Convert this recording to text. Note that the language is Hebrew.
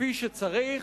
כפי שצריך.